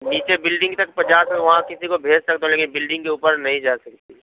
نیچے بلڈنگ تک پہنچا کے وہاں کسی کو بھیج کر سکتا ہوں لیکن بلڈنگ کے اُوپر نہیں جا سکتے